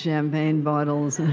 champagne bottles, and